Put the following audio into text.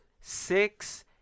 six